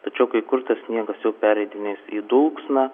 tačiau kai kur sniegas jau pereidinės į dulksną